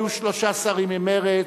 היו שלושה שרים ממרצ.